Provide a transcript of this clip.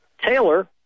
Taylor